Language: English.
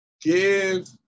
give